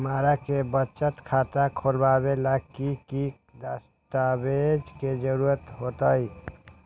हमरा के बचत खाता खोलबाबे ला की की दस्तावेज के जरूरत होतई?